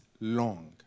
long